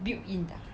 built in 的 ah